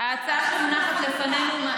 צריך לומר שההצעה שמונחת לפנינו,